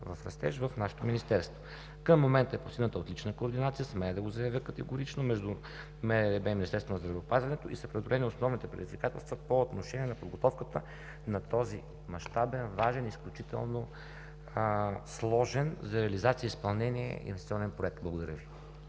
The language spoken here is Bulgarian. в растеж“ в нашето Министерство. Към момента е постигната отлична координация, смея да го заявя категорично, между МРРБ и Министерството на здравеопазването, и са преодолени основните предизвикателства по отношение на подготовката на този мащабен, важен и изключително сложен за реализация и изпълнение инвестиционен Проект. Благодаря Ви.